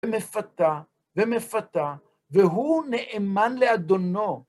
ומפתה, ומפתה, והוא נאמן לאדונו.